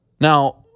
Now